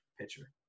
pitcher